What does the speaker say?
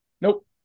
Nope